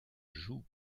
jouent